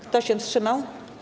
Kto się wstrzymał?